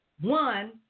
one